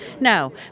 No